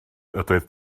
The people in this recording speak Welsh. ydoedd